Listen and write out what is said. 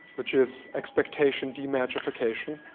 which is expectation demagication.